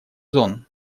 зон